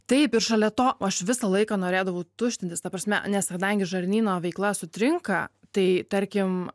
taip ir šalia to aš visą laiką norėdavau tuštintis ta prasme nes kadangi žarnyno veikla sutrinka tai tarkim